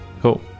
Cool